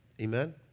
Amen